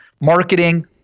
Marketing